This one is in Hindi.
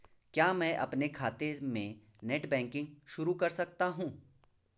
क्या मैं अपने खाते में नेट बैंकिंग शुरू कर सकता हूँ?